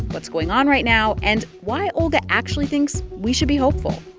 what's going on right now and why olga actually thinks we should be hopeful